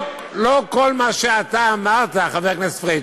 לא כל מה שאתה אמרת, חבר הכנסת פריג',